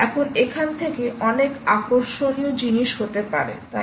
এখন এখান থেকে অনেক আকর্ষণীয় জিনিস হতে পারে তাই না